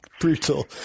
Brutal